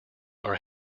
are